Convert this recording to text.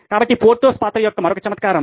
కాబట్టి పోర్థోస్ పాత్ర యొక్క మరొక చమత్కారం